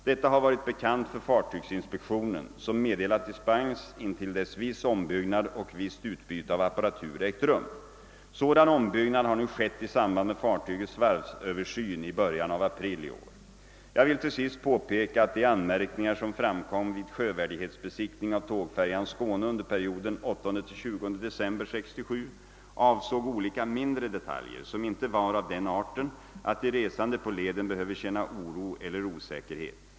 Detta har varit bekant för fartygsinspektionen, som meddelat dispens intill dess viss ombyggnad och visst utbyte av apparatur ägt rum. Sådan ombyggnad har nu skett i samband med fartygets varvsöversyn i början av april i år. Jag vill till sist påpeka att de anmärkningar som framkom vid sjövärdighetsbesiktning av tågfärjan Skåne under perioden 8—20 december 1967 avsåg olika mindre detaljer, som inte var av den arten att de resande på leden behöver känna oro eller osäkerhet.